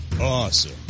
awesome